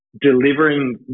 delivering